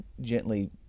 gently